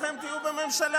כולכם תהיו בממשלה,